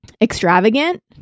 extravagant